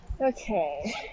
Okay